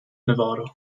nevada